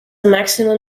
maximum